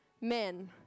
men